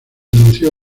anunció